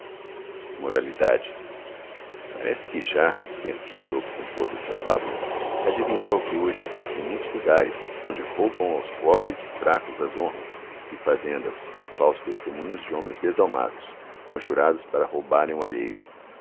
inverno parece que já no tempo que esopo compoz esta fabula adivinliava o que hoje passa em muitos lugares onde roubão aos pobres e fracos as honras e fazendas com falsos testemunhos de homens desalmados conjurados para roubarem o alheio